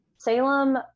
salem